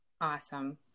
Awesome